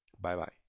Bye-bye